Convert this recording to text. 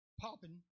popping